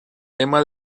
tema